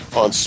on